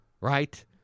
right